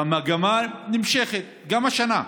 המגמה נמשכת גם השנה: